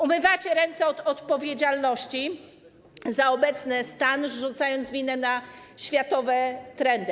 Umywacie ręce od odpowiedzialności za obecny stan, zrzucając winę na światowe trendy.